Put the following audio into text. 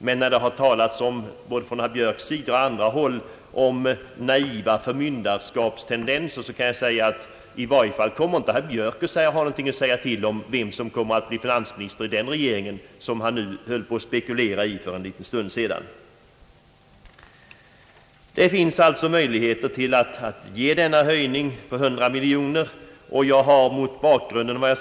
Men när det både av herr Björk och från andra håll har talats om »naiva förmynderskapstendenser» vill jag säga, att i varje fall herr Björk inte kommer att ha någonting att säga till om när det gäller frågan om vem som skall bli finansminister i den regering som han för en liten stund sedan höll på att spekulera om. Det finns alltså möjligheter till att ge denna höjning på hundra miljoner kronor.